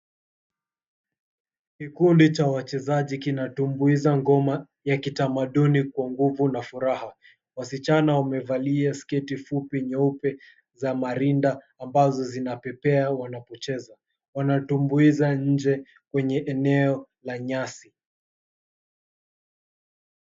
Kikundi cha wachezaji kinatumbuiza ngoma ya kitamaduni kwa nguvu na furaha. Wasichana wamevalia sketi fupi nyeupe za marinda ambazo zinapepea wanapocheza. Wanatumbuiza nje kwenye eneo la nyasi.